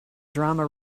drama